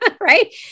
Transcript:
Right